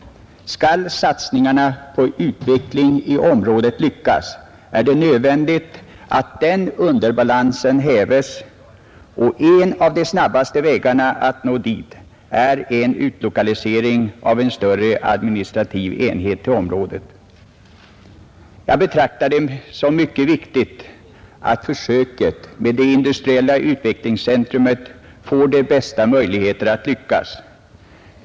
Skall satsningarna på utvecklingen i området lyckas, är det nödvändigt att den underbalansen”häves. En av de snabbaste vägarna att nå dit går genom en utlokalisering av en större administrativ enhet till området. Jag betraktar det som mycket viktigt att försöket med ett industriellt utvecklingscentrum får de bästa möjligheter att lyckas.